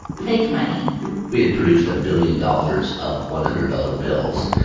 fake money we had produced a billion dollars of one hundred dollars bills,